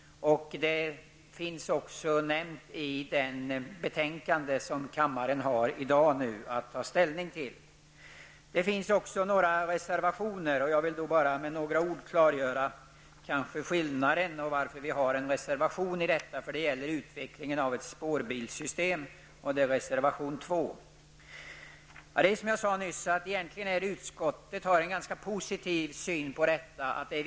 Förslaget finns också nämnt i det betänkande som kammaren i dag har att ta ställning till. Det finns också ett antal reservationer till betänkandet. Jag vill med några ord klargöra skillnaden mellan de olika partiernas reservationer och varför vi har en reservation i detta ärende. Egentligen har utskottet en ganska positiv syn på detta.